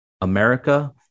america